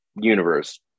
universe